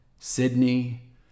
Sydney